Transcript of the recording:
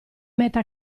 metta